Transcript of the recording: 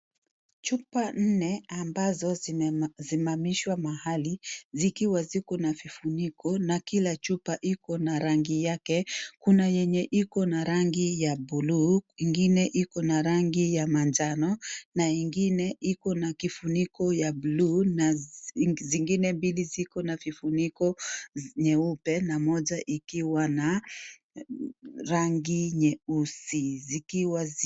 Chupa nne ambazo zimesimamishwa mahali zikiwa ziko na vifuniko na kila chupa iko na rangi yake. Kuna yenye iko na rangi ya buluu, ingine iko na rangi ya manjano, na ingine iko na kifuniko ya buluu, na zingine mbili ziko na vifuniko nyeupe na moja ikiwa na rangi nyeusi, zikiwa ziki...